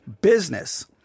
business